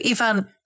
Ivan